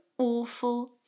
awful